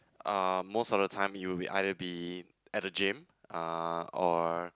uh most of the time you will be either be at the gym uh or